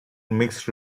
mixed